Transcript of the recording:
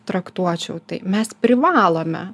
traktuočiau tai mes privalome